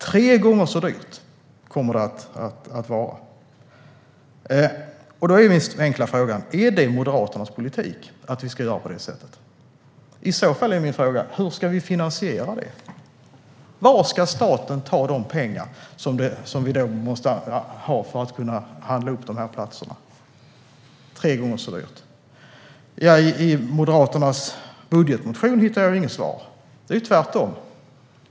Det skulle bli tre gånger så dyrt. Då är min enkla fråga: Är det Moderaternas politik att vi ska göra på det sättet? Hur ska vi i så fall finansiera det? Varifrån ska staten ta de pengar som vi då måste ha för att kunna handla upp de här platserna tre gånger så dyrt? I Moderaternas budgetmotion hittar jag inget svar.